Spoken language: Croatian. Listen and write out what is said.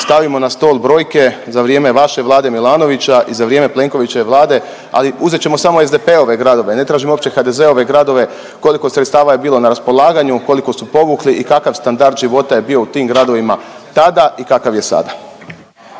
Stavimo na stol brojke za vrijeme vaše Vlade Milanovića i za vrijeme Plenkovićeve Vlade, ali uzet ćemo samo SDP-ove gradove, ne tražimo uopće HDZ-ove gradove, koliko sredstava je bilo na raspolaganju, koliko su povukli i kakav standard života je bio u tim gradovima tada i kakav je sada.